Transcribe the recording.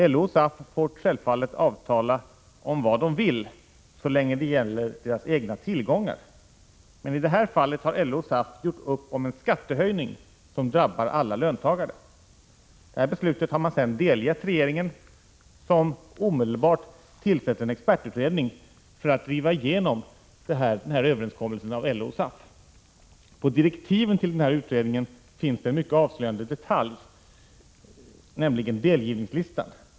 LO och SAF får självfallet avtala om vad de vill så länge det gäller deras egna tillgångar, men i detta fall har LO och SAF gjort upp om en skattehöjning som drabbar alla löntagare. Detta beslut har sedan delgivits regeringen, som omedelbart tillsätter en expertutredning för att driva igenom överenskommelsen. På direktiven till utredningen finns en mycket avslöjande detalj, nämligen delgivningslistan.